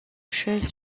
choses